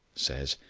says.